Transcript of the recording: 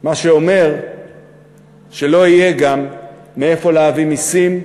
מה שאומר שגם לא יהיה מאיפה להביא מסים,